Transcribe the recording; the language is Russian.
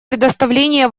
предоставление